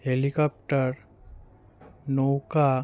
helicopter নৌকা